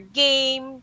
game